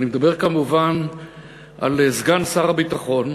אני מדבר כמובן על סגן שר הביטחון,